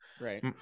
right